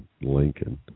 Lincoln